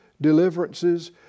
deliverances